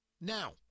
Now